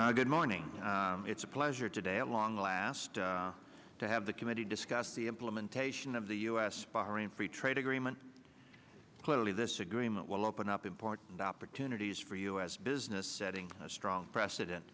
place good morning it's a pleasure today at long last to have the committee discuss the implementation of the us bahrain free trade agreement clearly this agreement will open up important opportunities for u s business setting a strong precedent